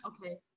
Okay